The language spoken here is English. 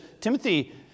Timothy